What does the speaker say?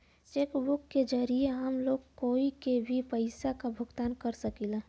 check book के जरिये हम लोग कोई के भी पइसा क भुगतान कर सकीला